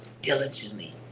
diligently